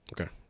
Okay